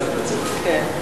כן.